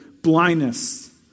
blindness